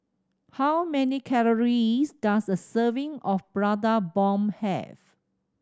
how many calories does a serving of Prata Bomb have